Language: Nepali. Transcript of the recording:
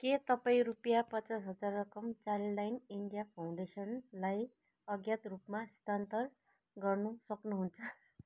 के तपाईँ रुपियाँ पचास हजार रकम चाइल्डलाइन इन्डिया फाउन्डेसनलाई अज्ञात रूपमा स्थानन्तर गर्न सक्नुहुन्छ